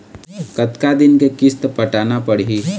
कतका दिन के किस्त पटाना पड़ही?